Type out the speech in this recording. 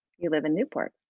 you live in newport.